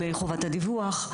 על חובת הדיווח,